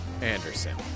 Anderson